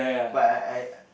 but I I